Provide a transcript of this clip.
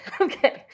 Okay